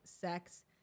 sex